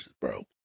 bro